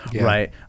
right